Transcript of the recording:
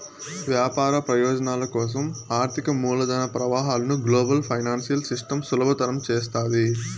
వ్యాపార ప్రయోజనాల కోసం ఆర్థిక మూలధన ప్రవాహాలను గ్లోబల్ ఫైనాన్సియల్ సిస్టమ్ సులభతరం చేస్తాది